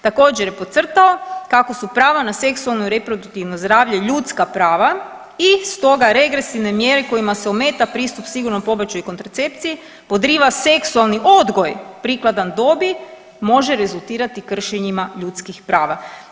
Također je podcrtao kako su prava na seksualno i reproduktivno zdravlje ljudska prava i stoga regresivne mjere kojima se ometa pristup sigurnom pobačaju i kontracepciji podriva seksualni odgoj prikladan dobi, može rezultirati kršenjima ljudskih prava.